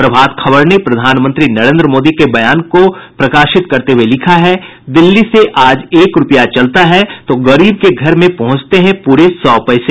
प्रभात खबर ने प्रधानमंत्री नरेंद्र मोदी के बयान को प्रमुखता से प्रकाशित करते हुये लिखा है दिल्ली से आज एक रूपया चलता है तो गरीब के घर में पहुंचते हैं पूरे सौ पैसे